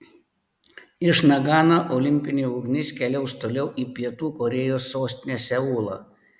iš nagano olimpinė ugnis keliaus toliau į pietų korėjos sostinę seulą